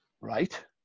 Right